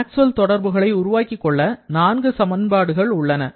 Maxwell தொடர்புகளை உருவாக்கிக் கொள்ள நான்கு சமன்பாடுகள் உள்ளன